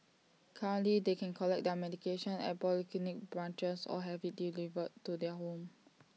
currently they can collect their medication at polyclinic branches or have IT delivered to their home